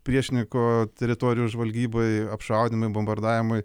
priešininko teritorijos žvalgybai apšaudymui bombardavimui